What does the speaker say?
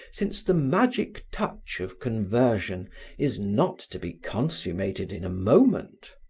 since the magic touch of conversion is not to be consummated in a moment.